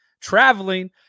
traveling